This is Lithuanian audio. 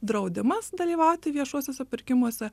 draudimas dalyvauti viešuosiuose pirkimuose